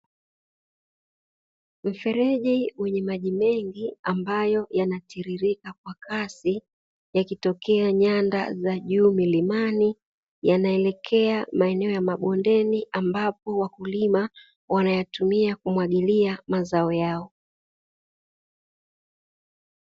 Mfereji wenye maji mengi ambayo yanatiririka kwa kasi, yakitokea nyanda za juu mlimani yanaelekea maeneo ya mabondeni ambapo wakulima wanayatumia kuzalisha chuki.